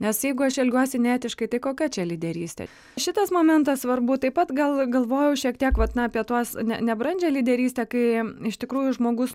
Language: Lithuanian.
nes jeigu aš elgiuosi neetiškai tai kokia čia lyderystė šitas momentas svarbu taip pat gal galvojau šiek tiek vat na apie tuos ne nebrandžią lyderystę kai iš tikrųjų žmogus